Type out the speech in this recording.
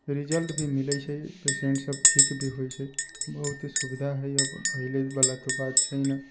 result भी मिलै छै पेशेंट सब ठीक भी हय छै बहुत सुविधा हय पहिलेवला तऽ बात छै नहि